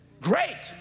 Great